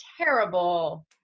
terrible